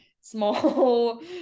small